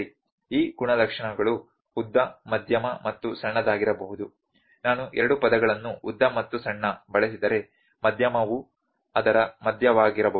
ಈ ಗುಣಲಕ್ಷಣಗಳು ಉದ್ದ ಮಧ್ಯಮ ಮತ್ತು ಸಣ್ಣದಾಗಿರಬಹುದು ನಾನು ಎರಡು ಪದಗಳನ್ನು ಉದ್ದ ಮತ್ತು ಸಣ್ಣ ಬಳಸಿದರೆ ಮಧ್ಯಮವು ಅದರ ಮಧ್ಯ ಆಗಿರಬಹುದು